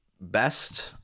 best